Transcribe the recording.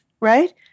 right